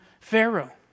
Pharaoh